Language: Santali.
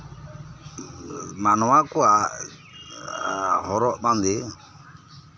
ᱢᱟᱱᱣᱟ ᱠᱚᱣᱟᱜ ᱦᱚᱨᱚᱜ ᱵᱟᱸᱫᱮ